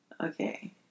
Okay